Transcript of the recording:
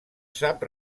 sap